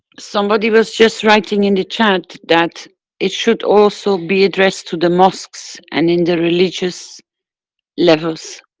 somebody was just writing in the chat that it should also be addressed to the mosques and in the religions levels.